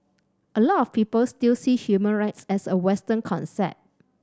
a lot of people still see human rights as a Western concept